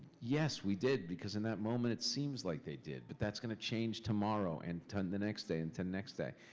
yes, we did. because in that moment, it seems like they did, but that's gonna change tomorrow, and to and the next day, and to the next day.